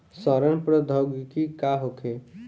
सड़न प्रधौगकी का होखे?